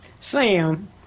Sam